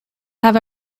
have